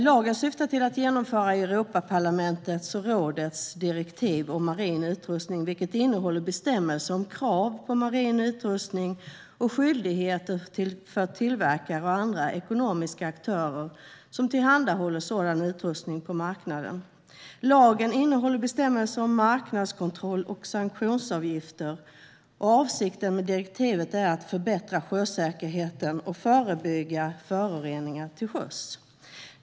Lagen syftar till att genomföra Europaparlamentets och rådets direktiv om marin utrustning, vilket innehåller bestämmelser om krav på marin utrustning och skyldigheter för tillverkare och andra ekonomiska aktörer som tillhandahåller sådan utrustning på marknaden. Lagen innehåller bestämmelser om marknadskontroll och sanktionsavgifter. Avsikten med direktivet är att förbättra sjösäkerheten och förebygga föroreningar till sjöss.